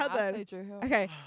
Okay